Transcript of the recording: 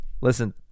listen